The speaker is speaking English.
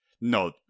no